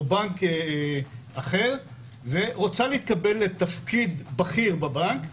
או בנק אחר ורוצה להתקבל לתפקיד בכיר בבנק,